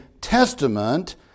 testament